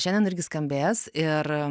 šiandien irgi skambės ir